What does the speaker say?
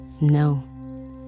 No